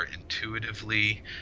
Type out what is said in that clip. intuitively